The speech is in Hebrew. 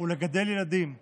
ולגדל ילדים כאן,